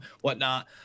whatnot